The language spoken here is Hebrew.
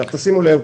שימו לב,